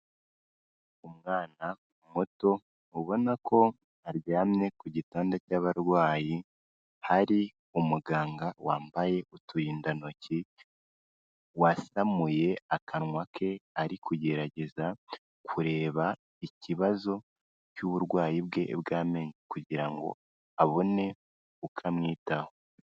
Umwana muto ubona ko aryamye ku gitanda cy'abarwayi hari umuganga wambaye uturinda ntoki wasamuye akanwa ke ari kugerageza kureba ikibazo cy'uburwayi bwe bw'amenyo kugira ngo abone uko amwitaho.